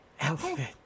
outfit